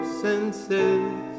senses